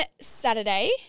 Saturday